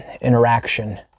interaction